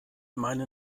meine